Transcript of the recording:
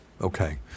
Okay